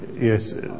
yes